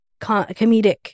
comedic